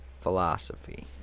philosophy